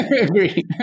Agree